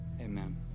Amen